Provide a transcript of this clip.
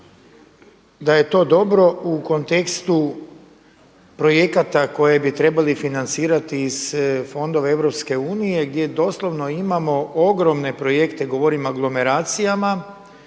da je to dobro u kontekstu projekata koje bi trebali financirati iz fondova EU gdje doslovno imamo ogromne projekte, govorim o anglomeracijama,